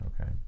okay